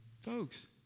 Folks